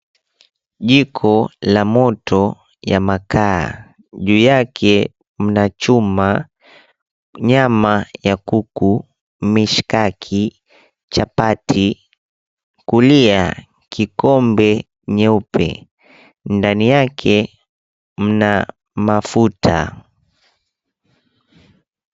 Jiko la moto ya makaa. Juu yake mna chuma, nyama ya kuku, mishikaki chapati. Kulia kikombe nyeupe, ndani yake mna mafuta.